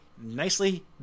nicely